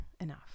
enough